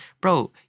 Bro